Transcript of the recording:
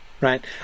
right